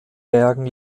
bergen